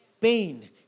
pain